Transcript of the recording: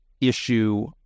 issue